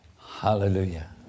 hallelujah